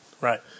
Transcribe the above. Right